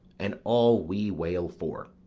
and all we wail for.